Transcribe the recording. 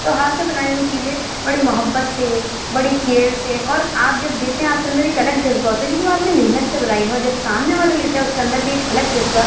تو ہاتھ سے بنائی ہوئی چیزیں بڑی محبت سے بڑی کیئر سے اور آپ جب دیتے ہیں آپ کے اندر ایک الگ جذبہ ہوتا ہے کیونکہ وہ آپ نے محنت سے بنائی ہے اور جب سامنے والا لیتا ہے اُس کے اندر ایک الگ جذبہ